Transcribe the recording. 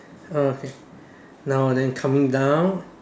oh okay now then coming down